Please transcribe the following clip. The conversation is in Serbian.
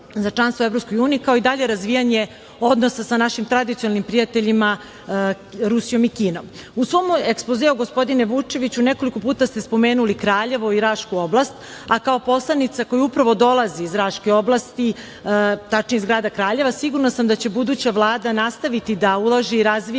za članstvo u EU, kao i dalje razvijanje odnosa sa našim tradicionalnim prijateljima Rusijom i Kinom.U svom ekspozeu, gospodine Vučeviću, nekoliko puta ste spomenuli Kraljevo i Rašku oblast, a kao poslanica koja upravo dolazi iz Raške oblasti, tačnije iz grada Kraljeva, sigurna sam da će buduća Vlada nastaviti da ulaže i razvija